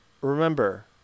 remember